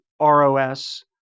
ros